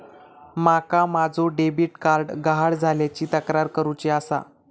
माका माझो debit card गहाळ झाल्याची तक्रार करुची आसा